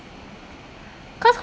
cause